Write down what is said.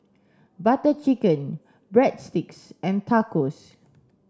Butter Chicken Breadsticks and Tacos